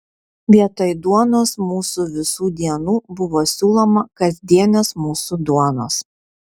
vietoj duonos mūsų visų dienų buvo siūloma kasdienės mūsų duonos